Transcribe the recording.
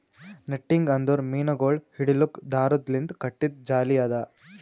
netting ಅಂದುರ್ ಮೀನಗೊಳ್ ಹಿಡಿಲುಕ್ ದಾರದ್ ಲಿಂತ್ ಕಟ್ಟಿದು ಜಾಲಿ ಅದಾ